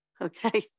Okay